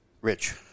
Rich